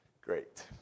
Great